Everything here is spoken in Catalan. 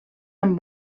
amb